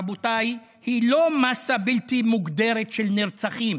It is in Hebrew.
רבותיי, היא לא מאסה בלתי מוגדרת של נרצחים,